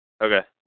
Okay